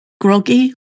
groggy